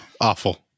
awful